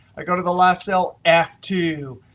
i go to the last cell, f two.